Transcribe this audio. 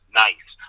nice